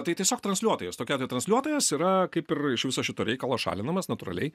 tai tiesiog transliuotojas tokia tai transliuotojas yra kaip ir iš viso šito reikalo šalinamas natūraliai